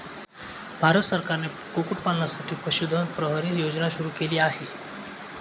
भारत सरकारने कुक्कुटपालनासाठी पशुधन प्रहरी योजना सुरू केली आहे